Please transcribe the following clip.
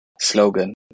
slogan